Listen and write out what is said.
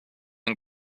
and